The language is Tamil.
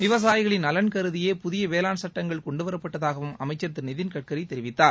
விவசாயிகளின் நலன் கருதியே புதிய வேளாண் சுட்டங்கள் கொண்டுவரப்பட்டதாகவும் அமைச்சர் திரு நிதின் கட்கரி தெரிவித்தார்